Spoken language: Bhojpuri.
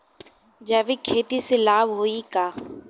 जैविक खेती से लाभ होई का?